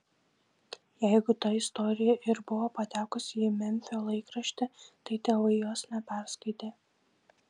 jeigu ta istorija ir buvo patekusi į memfio laikraštį tai tėvai jos neperskaitė